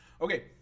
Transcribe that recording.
Okay